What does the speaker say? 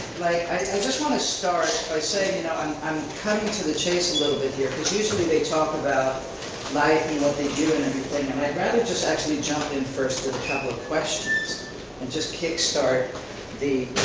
i just want to start by saying i'm cutting to the chase a little bit here because usually they talk about life and what they do and everything, and i'd rather just actually jump first with a couple of questions and just kickstart the